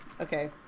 Okay